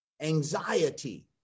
anxiety